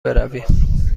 برویم